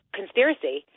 conspiracy